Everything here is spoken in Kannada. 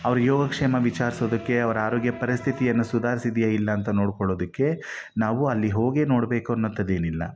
ಅವರ ಯೋಗಕ್ಷೇಮ ವಿಚಾರಿಸೋದಕ್ಕೆ ಅವರ ಆರೋಗ್ಯ ಪರಿಸ್ಥಿತಿಯನ್ನು ಸುಧಾರಿಸಿದ್ಯಾ ಇಲ್ಲ ಅಂತ ನೋಡ್ಕೊಳ್ಳೋದಕ್ಕೆ ನಾವು ಅಲ್ಲಿ ಹೋಗಿಯೇ ನೋಡಬೇಕು ಅನ್ನೋಂಥದ್ದು ಏನಿಲ್ಲ